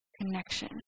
connection